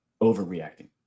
overreacting